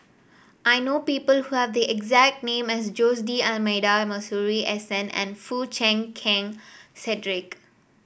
I know people who have the exact name as Jose D'Almeida Masuri S N and Foo Chee Keng Cedric